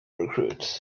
recruits